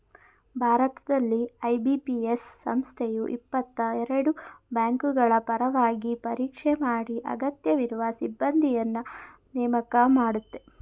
ಭಾರತದಲ್ಲಿ ಐ.ಬಿ.ಪಿ.ಎಸ್ ಸಂಸ್ಥೆಯು ಇಪ್ಪತ್ತಎರಡು ಬ್ಯಾಂಕ್ಗಳಪರವಾಗಿ ಪರೀಕ್ಷೆ ಮಾಡಿ ಅಗತ್ಯವಿರುವ ಸಿಬ್ಬಂದಿನ್ನ ನೇಮಕ ಮಾಡುತ್ತೆ